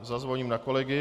Zazvoním na kolegy.